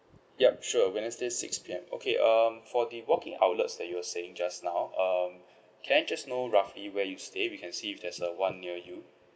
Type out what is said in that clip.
yup sure wednesday six P_M okay um for the walk in outlets that you're saying just now um can I just know roughly where you stay we can see if there's a one near you